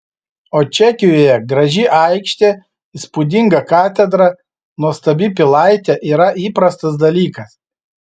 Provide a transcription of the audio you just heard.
o čekijoje graži aikštė įspūdinga katedra nuostabi pilaitė yra įprastas dalykas